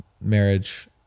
marriage